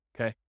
Okay